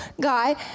guy